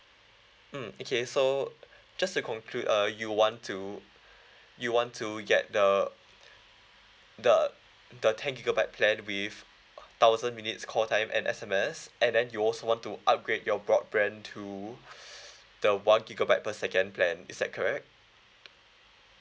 mm okay so just to conclude uh you want to you want to get the the the ten gigabyte plan with thousand minutes call time and S_M_S and then you also want to upgrade your broadband to the one gigabyte per second plan is that correct